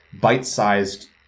bite-sized